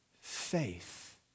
Faith